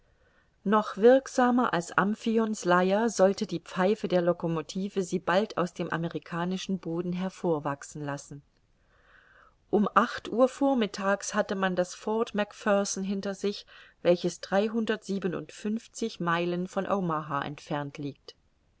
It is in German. noch wirksamer als amphion's leier sollte die pfeife der locomotive sie bald aus dem amerikanischen boden hervorwachsen lassen um acht uhr vormittags hatte man das fort mac pherson hinter sich welches dreihundertsiebenundfünfzig meilen von omaha entfernt liegt